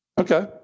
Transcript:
Okay